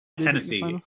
tennessee